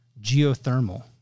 geothermal